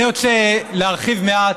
אני רוצה להרחיב מעט,